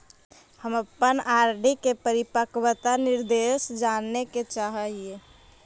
हम अपन आर.डी के परिपक्वता निर्देश जाने के चाह ही